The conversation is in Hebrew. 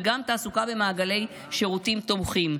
וגם תעסוקה במעגלי שירותים תומכים,